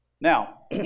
Now